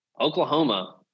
Oklahoma